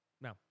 No